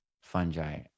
fungi